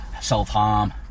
self-harm